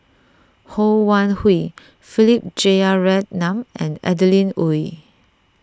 Ho Wan Hui Philip Jeyaretnam and Adeline Ooi